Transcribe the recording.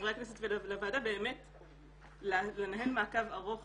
לחברי הכנסת ולוועדה לנהל מעקב ארוך